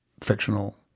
fictional